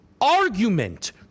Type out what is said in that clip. argument